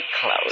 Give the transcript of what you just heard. close